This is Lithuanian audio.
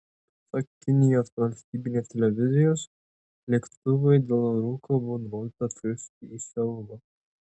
pasak kinijos valstybinės televizijos lėktuvui dėl rūko buvo nurodyta skristi į seulą